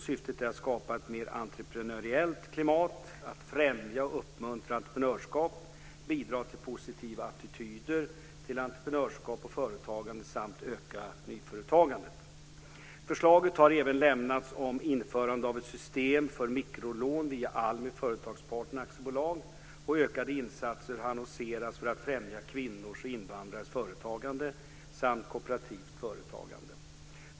Syftet är att skapa ett mer entreprenöriellt klimat, att främja och uppmuntra entreprenörskap, bidra till positiva attityder till entreprenörskap och företagande samt öka nyföretagandet. Förslag har även lämnats om införandet av ett system för mikrolån via ALMI Företagspartner AB, och ökade insatser har annonserats för att främja kvinnors och invandrares företagande samt kooperativt företagande.